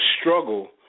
struggle